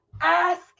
Ask